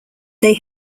they